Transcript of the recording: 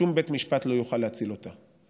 שום בית משפט לא יוכל להציל אותה.